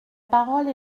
parole